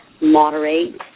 moderate